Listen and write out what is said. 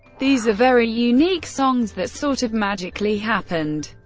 these are very unique songs that sort of magically happened.